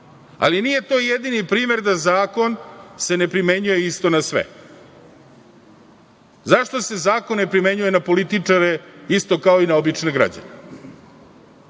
vremena. Nije to jedini primer da se zakon ne primenjuje isto na sve. Zašto se zakon ne primenjuje na političare isto kao i na obične građane?